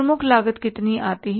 प्रमुख लागत कितनी आती है